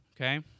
okay